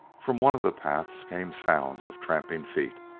from one of the paths came sounds of tramping feet.